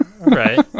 Right